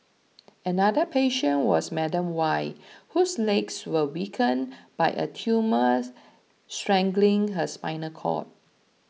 another patient was Madam Y whose legs were weakened by a tumour strangling her spinal cord